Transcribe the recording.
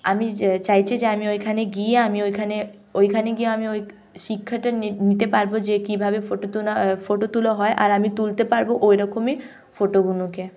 আমি চাইছি যে আমি ওখানে গিয়ে আমি ওখানে ওখানে গিয়ে আমি ওই শিক্ষাটা নিত নিতে পারব যে কীভাবে ফোটো তোলা ফোটো তুলা হয় আর আমি তুলতে পারব ওরকমই ফোটোগুলোকে